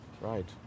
Right